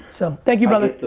so thank you, brother.